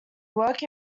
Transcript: work